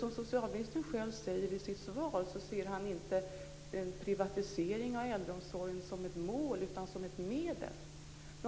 Som socialministern själv säger i sitt svar ser han inte privatiseringen av äldreomsorgen som ett mål, utan som ett medel.